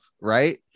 right